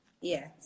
Yes